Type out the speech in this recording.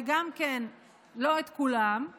וגם כן לא את כולם,